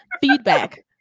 Feedback